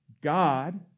God